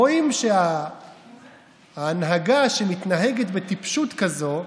רואים שההנהגה, שמתנהגת בטיפשות כזו,